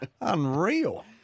unreal